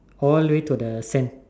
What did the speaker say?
all the way to the sand